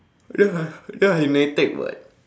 ya ya in NITEC [what]